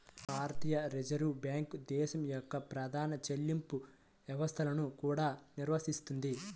భారతీయ Reserve Bank దేశం యొక్క ప్రధాన చెల్లింపు వ్యవస్థలను కూడా నిర్వహిస్తుంది